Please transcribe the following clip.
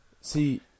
See